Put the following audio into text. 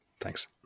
Thanks